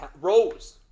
Rose